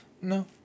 No